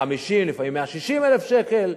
150,000 ולפעמים 160,000 שקל.